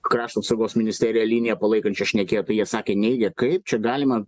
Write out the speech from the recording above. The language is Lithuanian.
krašto apsaugos ministerija linija palaikančia šnekėjo tai jie sakė neigia kaip čia galima